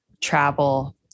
travel